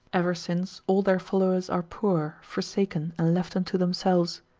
ever since all their followers are poor, forsaken and left unto themselves.